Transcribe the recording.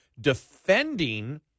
defending